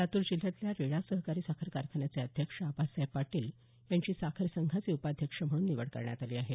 लातूर जिल्ह्यातल्या रेणा सहकारी साखर कारखान्याचे अध्यक्ष आबासाहेब पाटील यांची साखर संघाचे उपाध्यक्ष म्हणून निवड करण्यात आली आहे